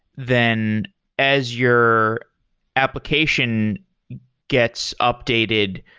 then as your application gets updated,